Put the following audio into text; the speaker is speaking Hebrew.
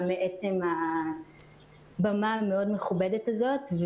גם על עצם הבמה המכובדת מאד הזאת.